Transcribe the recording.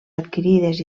adquirides